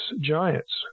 giants